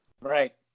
Right